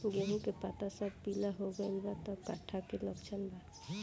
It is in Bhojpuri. गेहूं के पता सब पीला हो गइल बा कट्ठा के लक्षण बा?